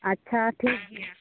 ᱟᱪᱪᱷᱟ ᱴᱷᱤᱠ ᱜᱮᱭᱟ